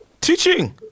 Teaching